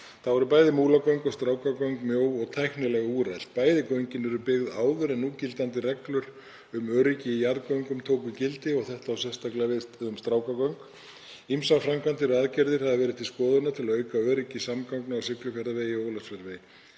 Þá eru bæði Múlagöng og Strákagöng mjó og tæknilega úrelt. Bæði göngin eru byggð áður en núgildandi reglur um öryggi í jarðgöngum tóku gildi og það á sérstaklega við um Strákagöng. Ýmsar framkvæmdir eða aðgerðir hafa verið til skoðunar til að auka öryggi samgangna á Siglufjarðarvegi og Ólafsfjarðarvegi.